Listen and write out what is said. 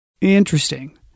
Interesting